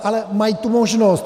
Ale mají tu možnost.